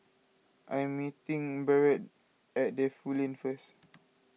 I am meeting Barrett at Defu Lane first